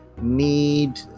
need